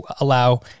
allow